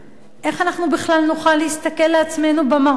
איך בכלל נוכל להסתכל על עצמנו במראה?